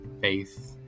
faith